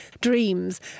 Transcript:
dreams